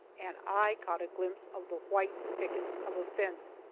and i caught glimpse of the white pickets of a fence!